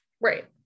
Right